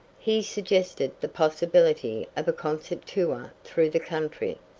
he suggested the possibility of a concert tour through the country,